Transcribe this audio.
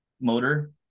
motor